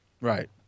Right